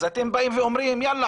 אז אתם באים ואומרים: יאללה,